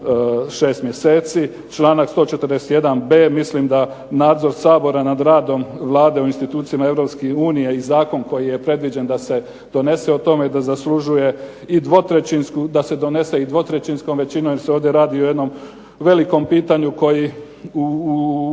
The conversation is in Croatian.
6 mjeseci. Članak 141.b mislim da nadzor Sabora nad radom Vlade u institucijama Europske unije i zakon koji je predviđen da se donese o tome i da zaslužuje i dvotrećinsku, da se donese i dvotrećinskom većinom jer se ovdje radi o jednom velikom pitanju koji u